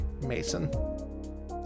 Mason